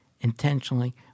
intentionally